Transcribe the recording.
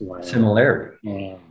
similarity